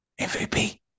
MVP